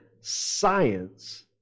science